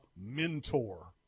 mentor